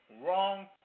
wrong